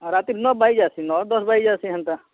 ଆର୍ ରାତିରେ ନଅ ବାଜି ଯାସି ନଅ ଦଶବାଜି ଯାସି ହେନ୍ତା